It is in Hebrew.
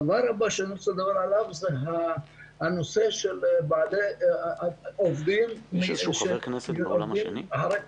הדבר הבא שאני רוצה לדבר עליו זה הנושא של עובדים אחרי פנסיה.